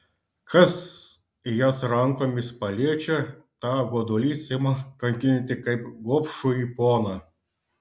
kas jas rankomis paliečia tą godulys ima kankinti kaip gobšųjį poną